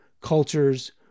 cultures